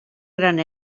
gran